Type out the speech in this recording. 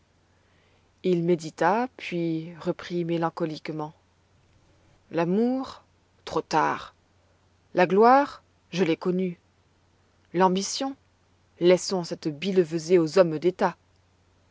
il médita puis reprit mélancoliquement l'amour trop tard la gloire je l'ai connue l'ambition laissons cette billevesée aux hommes d'état